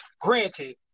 granted –